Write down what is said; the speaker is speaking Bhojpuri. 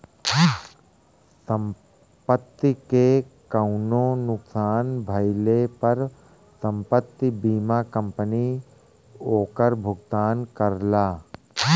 संपत्ति के कउनो नुकसान भइले पर संपत्ति बीमा कंपनी ओकर भुगतान करला